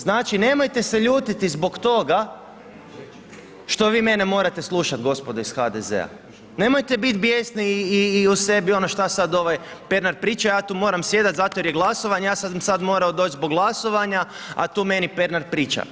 Znači nemojte se ljutiti zbog toga, što vi mene morate slušati gospodo iz HDZ-a, nemojte biti bjesni i u sebi, ono šta sada ovaj Pernar priča, ja tu moram sjedati, zato jer je glasovanje, ja sam sada morao doći zbog glasovanja, a tu meni Pernar priča.